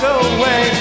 away